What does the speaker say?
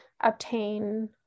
obtain